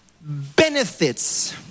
benefits